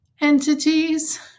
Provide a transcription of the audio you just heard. entities